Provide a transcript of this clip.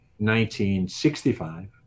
1965